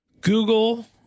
Google